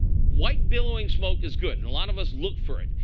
white billowing smoke is good. and a lot of us look for it.